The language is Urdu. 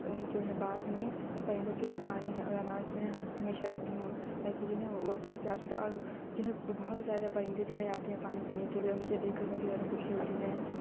جو ہے باغ میں پرندوں کے لیے پانی اور اناج جو ہے ہمیشہ رکھتی ہوں تاکہ جو ہے وہ اپنی پیاس مٹا اور جو ہے وہ بہت زیادہ پرندے جو ہے آتے ہیں پانی پینے کے لیے اور مجھے دیکھ کر بہت ہی زیادہ خوشی ہوتی ہے